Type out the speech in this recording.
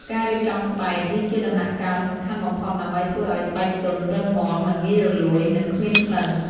ការរៀបចំស្បែក នេះជាដំណាក់កាលសំខាន់បំផុតដើម្បីធ្វើឲ្យស្បែកទន់ រឹងមាំ មិនងាយរលួយ និងគ្មានក្លិន។